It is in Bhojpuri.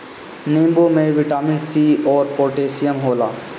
नींबू में बिटामिन सी अउरी पोटैशियम होला